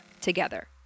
together